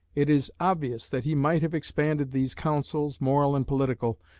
it is obvious that he might have expanded these counsels, moral and political,